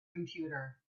computer